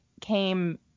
came